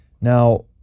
Now